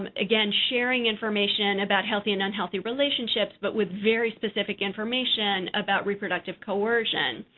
um again, sharing information about healthy and unhealthy relationships, but with very specific information about reproductive coercion,